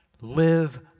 Live